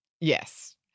Yes